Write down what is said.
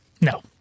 No